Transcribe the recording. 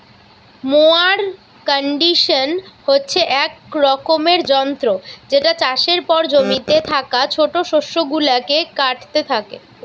mower condition হচ্ছে এক রকমের যন্ত্র যেটা চাষের পর জমিতে থাকা ছোট শস্য গুলাকে কাটতে থাকে